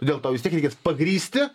todėl tau vis tiek reikės pagrįsti